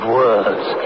words